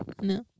No